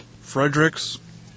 Fredericks